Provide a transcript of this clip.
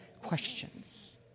questions